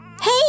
Hey